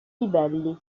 livelli